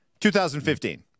2015